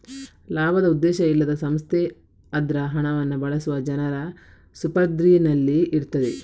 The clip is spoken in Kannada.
ಲಾಭದ ಉದ್ದೇಶ ಇಲ್ಲದ ಸಂಸ್ಥೆ ಅದ್ರ ಹಣವನ್ನ ಬಳಸುವ ಜನರ ಸುಪರ್ದಿನಲ್ಲಿ ಇರ್ತದೆ